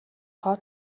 тоо